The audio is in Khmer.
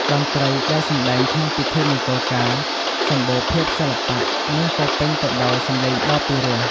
តន្រ្ដីដែលសម្ដែងក្នុងពិធីមង្គលការ សម្បូរភាពសិល្បៈ និង ពោរពេញទៅដោយសម្លេងដ៏ពិរោះ។